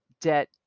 debt